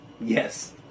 yes